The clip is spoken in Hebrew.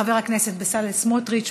חבר הכנסת בצלאל סמוטריץ,